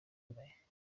ikomeye